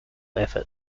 effort